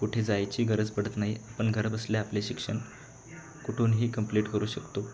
कुठे जायची गरज पडत नाही आपण घर बसल्या आपले शिक्षण कुठूनही कम्प्लीट करू शकतो